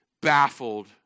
baffled